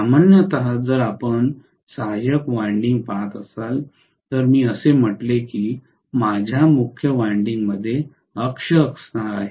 सामान्यत जर आपण सहायक वायंडिंग पाहत असाल तर मी असे म्हटलं की माझ्या मुख्य वायंडिंग मध्ये अक्ष असणार आहे